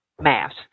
mass